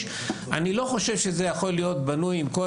אני לא חושב שזה יכול להיות בנוי על התנדבות,